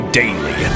daily